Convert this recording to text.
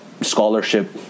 scholarship